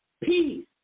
peace